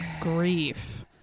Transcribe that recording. grief